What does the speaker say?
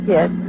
Yes